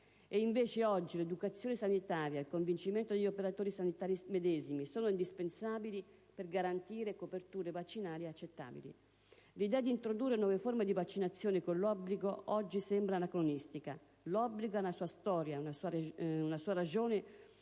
invece, oggi, l'educazione sanitaria, il convincimento degli operatori sanitari medesimi sono indispensabili per garantire coperture vaccinali accettabili. L'idea di introdurre nuove forme di vaccinazione con l'obbligo oggi sembra anacronistica. L'obbligo ha una sua storia, una sua ragione,